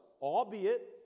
albeit